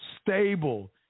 stable